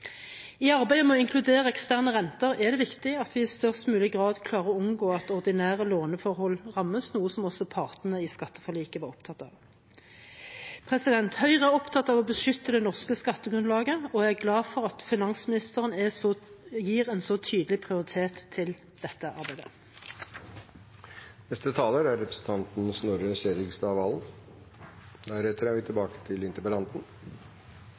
I arbeidet med å inkludere eksterne renter er det viktig at vi i størst mulig grad klarer å unngå at ordinære låneforhold rammes, noe som også partene i skatteforliket var opptatt av. Høyre er opptatt av å beskytte det norske skattegrunnlaget, og jeg er glad for at finansministeren gir en så tydelig prioritet til dette arbeidet. Det mangler etter hvert ikke på utredninger knyttet til kapitalflukt og skatteunndragelse, og det er